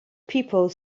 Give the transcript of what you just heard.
people